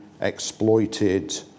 exploited